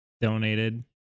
donated